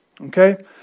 okay